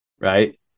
right